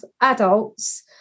adults